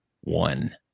one